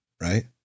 Right